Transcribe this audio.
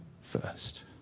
First